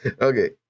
Okay